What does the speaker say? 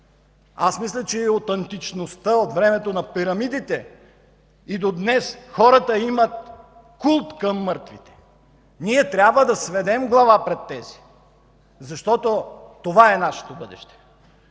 Аз мисля, че от античността, от времето на пирамидите и до днес, хората имат култ към мъртвите. Ние трябва да сведем глава пред тези, защото това е нашето бъдеще.